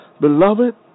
Beloved